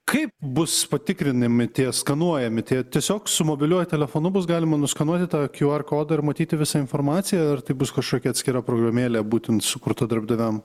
kaip bus patikrinami tie skanuojami tie tiesiog su mobiliuoju telefonu bus galima nuskanuoti tą q r kodą ir matyti visą informaciją ar tai bus kažkokia atskira programėlė būtent sukurta darbdaviam